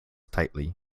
tightly